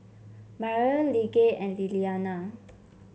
Mariel Lige and Liliana